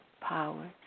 power